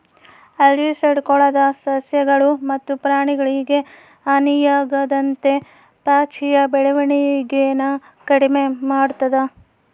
algicide ಕೊಳದ ಸಸ್ಯಗಳು ಮತ್ತು ಪ್ರಾಣಿಗಳಿಗೆ ಹಾನಿಯಾಗದಂತೆ ಪಾಚಿಯ ಬೆಳವಣಿಗೆನ ಕಡಿಮೆ ಮಾಡ್ತದ